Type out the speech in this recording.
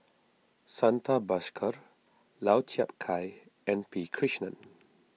Santha Bhaskar Lau Chiap Khai and P Krishnan